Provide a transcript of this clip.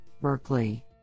Berkeley